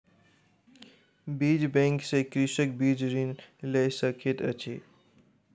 बीज बैंक सॅ कृषक बीज ऋण लय सकैत अछि